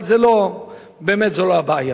אבל באמת זו לא הבעיה,